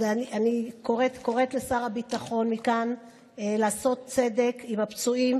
אני קוראת מכאן לשר הביטחון לעשות צדק עם הפצועים,